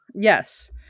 Yes